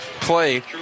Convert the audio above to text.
play